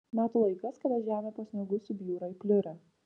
metų laikas kada žemė po sniegu subjūra į pliurę